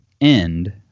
end